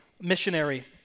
missionary